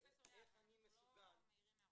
פרופ' יהב, אנחנו לא מעירים הערות כאלה.